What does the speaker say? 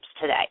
today